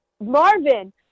Marvin